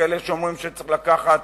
כאלה שאומרים שצריך לקחת